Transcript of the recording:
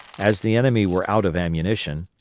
as the enemy were out of ammunition,